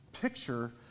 picture